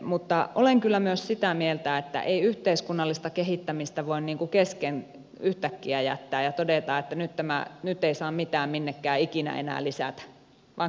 mutta olen kyllä myös sitä mieltä että ei yhteiskunnallista kehittämistä voi kesken yhtäkkiä jättää ja todeta että nyt ei saa mitään minnekään ikinä enää lisätä